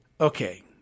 okay